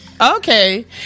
Okay